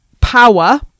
power